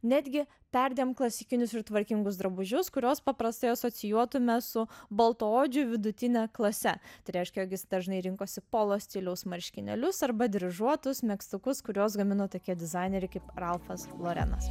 netgi perdėm klasikinius ir tvarkingus drabužius kuriuos paprastai asocijuotume su baltaodžių vidutine klase tai reiškia jog jis dažnai rinkosi polo stiliaus marškinėlius arba dryžuotus megztukus kuriuos gamino tokie dizaineriai kaip ralfas lorenas